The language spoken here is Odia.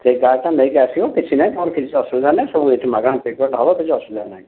ସେଇ କାର୍ଡ଼୍ଟା ନେଇକି ଆସିବ କିଛି ନାଇଁ ତୁମର କିଛି ଅସୁବିଧା ନାଇଁ ସବୁ ଏଠି ମାଗଣା ଟ୍ରିଟ୍ମେଣ୍ଟ୍ ହେବ କିଛି ଅସୁବିଧା ନାଇଁ